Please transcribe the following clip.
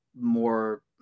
more